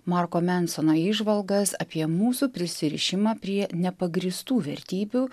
marko mensono įžvalgas apie mūsų prisirišimą prie nepagrįstų vertybių